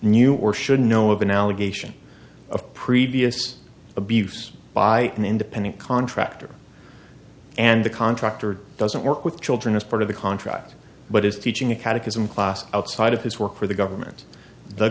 knew or should know of an allegation of previous abuse by an independent contractor and the contractor doesn't work with children as part of the contract but is teaching a catechism class outside of his work for the government the